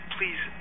Please